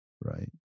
right